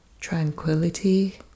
tranquility